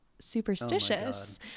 superstitious